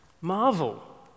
marvel